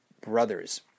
brothers